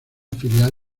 filial